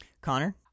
Connor